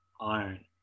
iron